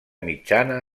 mitjana